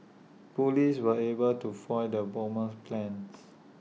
Police were able to foil the bomber's plans